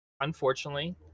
Unfortunately